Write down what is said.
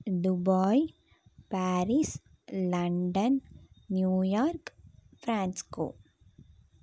Dubai Paris London New York francisco